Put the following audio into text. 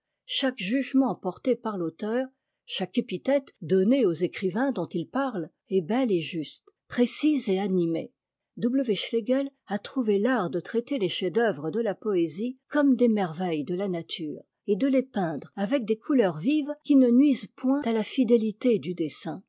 chaque jugement porté par l'auteur chaque épithète donnée aux écrivains dont il parle est belle et juste précise et animée w schlegel a trouvé l'art de traiter les chefs-d'œuvre de la poésie comme des merveilles de la nature et de les peindre avec des couleurs vives qui ne nuisent point à la bdétité du dessin